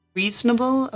reasonable